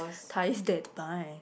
ties that buy